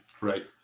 Right